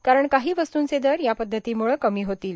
कारण काही वस्तूंचे दर या पद्धतीमुळं कमी होतील